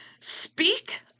Speak